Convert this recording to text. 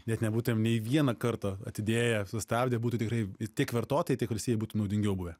net nebūtumėm nei vieną kartą atidėję sustabdę būtų tikrai tiek vartotojui tiek valstybei būtų naudingiau buvę